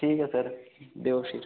ठीक ऐ सर देओ फ्ही